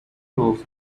knows